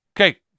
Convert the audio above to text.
okay